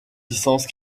licence